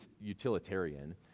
utilitarian